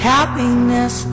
Happiness